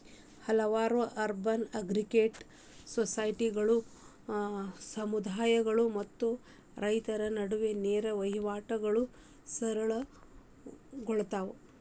ಹಲವಾರು urban agritech ಸ್ಟಾರ್ಟ್ಅಪ್ಗಳು ಸಮುದಾಯಗಳು ಮತ್ತು ರೈತರ ನಡುವೆ ನೇರ ವಹಿವಾಟುಗಳನ್ನಾ ಸರಳ ಗೊಳ್ಸತಾವ